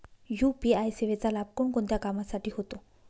UPI सेवेचा लाभ कोणकोणत्या कामासाठी होतो?